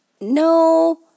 No